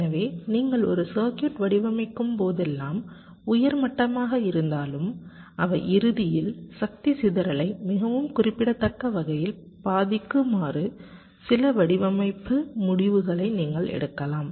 எனவே நீங்கள் ஒரு சர்க்யூட் வடிவமைக்கும்போதெல்லாம் உயர் மட்டமாக இருந்தாலும் அவை இறுதியில் சக்தி சிதறலை மிகவும் குறிப்பிடத்தக்க வகையில் பாதிக்குமாறு சில வடிவமைப்பு முடிவுகளை நீங்கள் எடுக்கலாம்